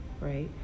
right